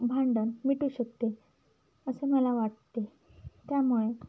भांडण मिटू शकते असे मला वाटते त्यामुळे